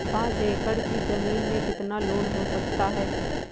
पाँच एकड़ की ज़मीन में कितना लोन हो सकता है?